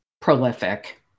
prolific